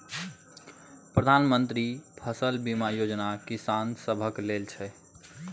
प्रधानमंत्री मन्त्री फसल बीमा योजना किसान सभक लेल छै